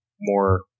more